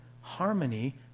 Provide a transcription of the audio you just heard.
harmony